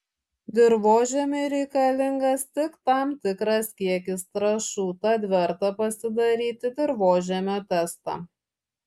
dirvožemiui reikalingas tik tam tikras kiekis trąšų tad verta pasidaryti dirvožemio testą